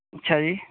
ਅੱਛਾ ਜੀ